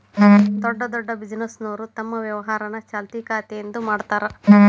ದೊಡ್ಡ್ ದೊಡ್ಡ್ ಬಿಸಿನೆಸ್ನೋರು ತಮ್ ವ್ಯವಹಾರನ ಚಾಲ್ತಿ ಖಾತೆಯಿಂದ ಮಾಡ್ತಾರಾ